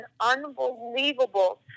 unbelievable